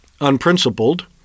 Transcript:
unprincipled